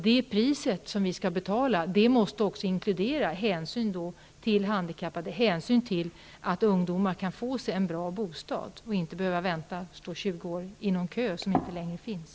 Det pris som vi måste betala måste också inkludera hänsyn till handikappade och till att ungdomar skall kunna få en bra bostad utan att behöva vänta 20 år i en kö som inte längre finns.